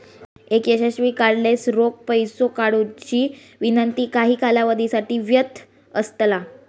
एक यशस्वी कार्डलेस रोख पैसो काढुची विनंती काही कालावधीसाठी वैध असतला